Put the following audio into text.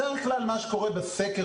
בדרך כלל מה שקורה בסקר,